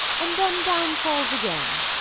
and then down falls again.